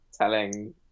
telling